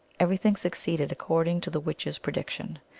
everything succeeded according to the witch s pre diction.